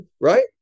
right